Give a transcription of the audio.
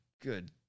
Good